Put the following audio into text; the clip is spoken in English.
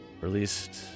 Released